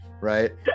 right